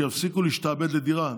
שיפסיקו להשתעבד לדירה.